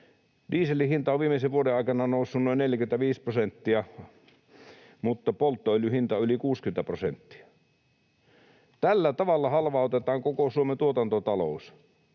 Dieselin hinta on viimeisen vuoden aikana noussut noin 45 prosenttia mutta polttoöljyn hinta yli 60 prosenttia. Tällä tavalla halvautetaan koko Suomen tuotantotalous,